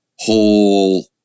whole